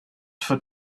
for